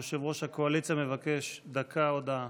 יושב-ראש הקואליציה מבקש דקה הודעה.